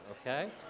okay